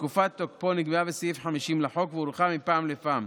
ותקופת תוקפו נקבעה בסעיף 50 לחוק והוארכה מפעם לפעם.